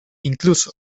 incluso